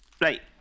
Right